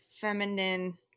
feminine